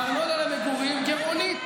הארנונה למגורים גירעונית.